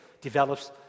develops